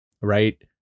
right